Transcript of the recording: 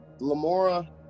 Lamora